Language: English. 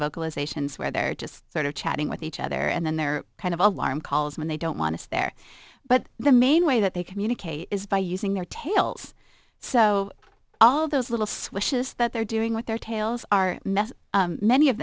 vocalizations where they're just sort of chatting with each other and then they're kind of alarm calls and they don't want to stare but the main way that they communicate is by using their tails so all those little switches that they're doing with their tails are met many of